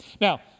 Now